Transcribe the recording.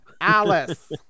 Alice